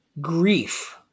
grief